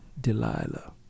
Delilah